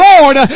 Lord